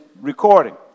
recording